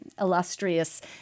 illustrious